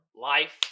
life